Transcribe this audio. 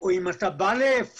או אם אתה בא לפארם,